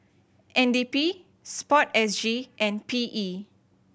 N D P Sport S G and P E